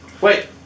Wait